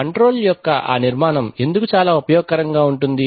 control యొక్క ఆ నిర్మాణం ఎందుకు చాలా ఉపయోగకరంగా ఉంది